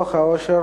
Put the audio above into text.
דוח העושר